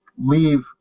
leave